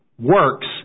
works